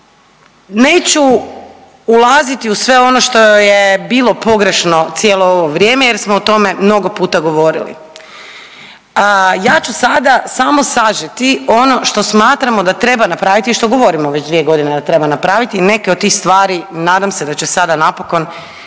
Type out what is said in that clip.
Neću ulaziti u sve ono što je bilo pogrešno cijelo ovo vrijeme jer smo o tome mnogo puta govorili. Ja ću sada samo sažeti ono što smatramo da treba napraviti i što govorimo već dvije godine da treba napraviti i neke od tih stvari nadam se da će sada napokon